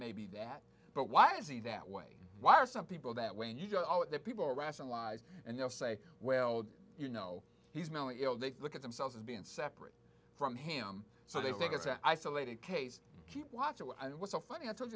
maybe that but why is he that way why are some people that when you go out there people rationalize and they'll say well you know he's mentally ill they look at themselves as being separate from him so they think it's an isolated case keep watching what i did was so funny i told